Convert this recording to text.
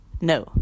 no